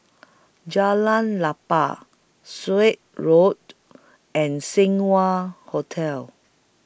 Jalan Klapa Sut Avenue and Seng Wah Hotel